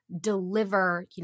deliver